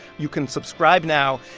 you can subscribe now,